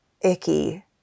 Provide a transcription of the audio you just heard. icky